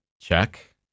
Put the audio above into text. check